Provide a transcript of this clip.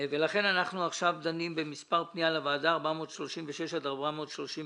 פניות מספר 436 עד 438,